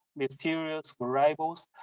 mysterious variables,